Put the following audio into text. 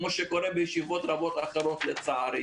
כמו שקורה בישיבות רבות אחרות לצערי